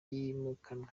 ryimukanwa